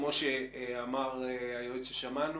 כמו שאמר הנציג של העיר,